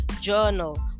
journal